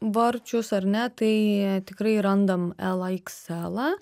varčius ar ne tai tikrai randam elą iks elą